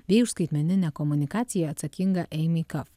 bei už skaitmeninę komunikaciją atsakinga eimi kaf